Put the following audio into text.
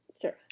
Sure